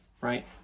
right